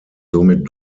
somit